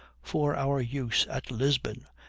for our use at lisbon,